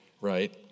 right